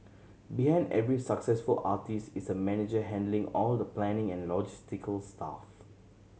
behind every successful artist is a manager handling all the planning and logistical stuff